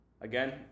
Again